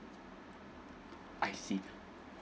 I see